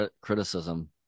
criticism